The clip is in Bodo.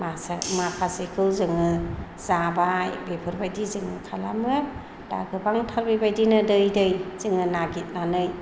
माखासेखौ जोङो जाबाय बेफोरबायदि जोङो खालामो दा गोबांथार बेबायदिनो दै दै जोङो नागिरनानै